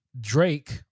Drake